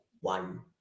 one